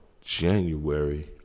January